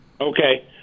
Okay